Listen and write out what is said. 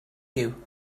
you